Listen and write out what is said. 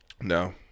No